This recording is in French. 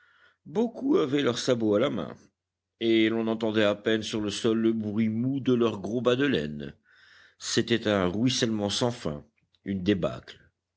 beaucoup avaient leurs sabots à la main et l'on entendait à peine sur le sol le bruit mou de leurs gros bas de laine c'était un ruissellement sans fin une débâcle